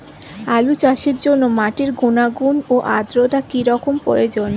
আলু চাষের জন্য মাটির গুণাগুণ ও আদ্রতা কী রকম প্রয়োজন?